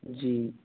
जी